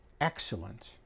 excellent